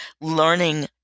learning